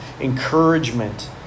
encouragement